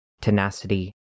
tenacity